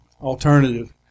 alternative